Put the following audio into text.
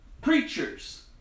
preachers